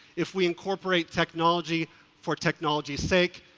if we incorporate technology for technology's sake,